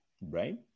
right